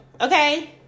Okay